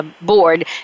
Board